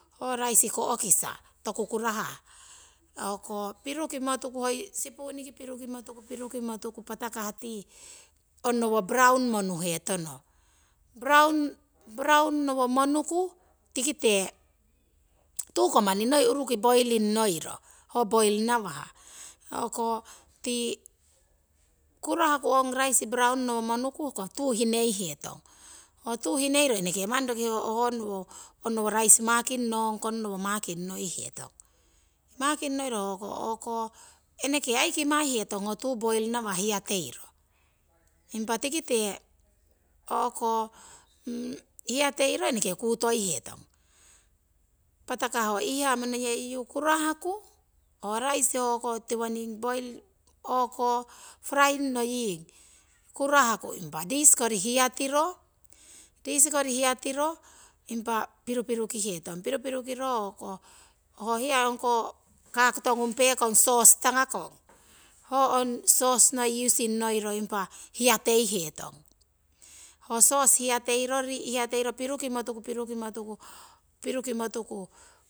Ho raisi ko'kisa toku kurahah, hoko pirukimo tuku hoi sipuni pirukimo tuku, pirukimo tuku patakah ti honowo baraunu raisi monuhe tono. Baraunu honowo tikite tu koh manni uruki. noi poiring ngoiro. Ho poiring ngawah hoko ti kurahku ong raisi baraunu nowo monuku hoko tuu inihii hetong. Ho tuu iniheiro eneke manni roki honowo raisi manking ngongkonowo. manking